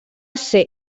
ser